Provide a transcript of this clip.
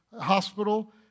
hospital